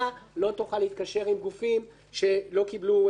לא תוכל להתקשר עם גופים שלא קיבלו את